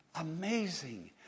Amazing